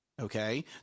Okay